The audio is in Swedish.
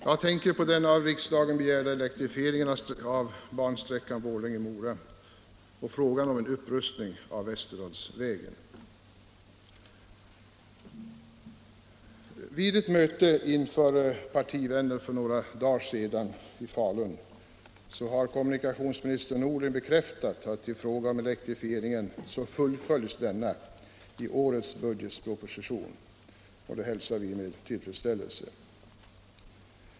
Jag tänker på den av riksdagen begärda elektrifieringen av bansträckan Borlänge-Mora och frågan om en upprustning av Västerdalsvägen. Vid ett möte inför partivänner för några dagar sedan i Falun har kommunikationsministern Norling bekräftat att elektrifieringen fullföljs i årets budgetproposition. Det hälsar vi med tillfredsställelse.